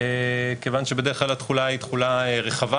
כיוון שבדרך כלל התחולה היא תחולה רחבה,